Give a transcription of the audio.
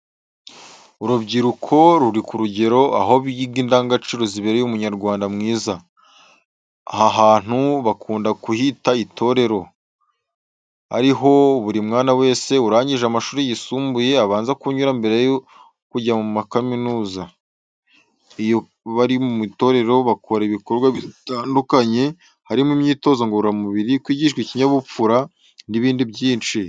Urubyiruko ruri ku rugerero aho biga indangagaciro zibereye Umunyarwanda mwiza. Aha hantu bakunda kuhita ''Itorero'' ariho buri mwana wese urangije amashuri y'isumbuye abanza kunyura mbere yo kujya muri kaminuza. Iyo bari mu itorero bakora ibikorwa bitandukanye harimo imyitozo ngororamubiri, kwigishwa ikinyabupfura n'ibindi byinshi.